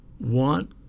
want